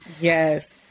Yes